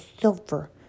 silver